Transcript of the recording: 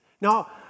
Now